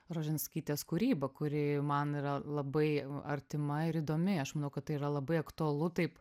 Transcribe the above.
roženskytės kūrybą kuri man yra labai artima ir įdomi aš manau kad tai yra labai aktualu taip